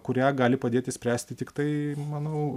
kurią gali padėti spręsti tiktai manau